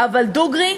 אבל דוגרי,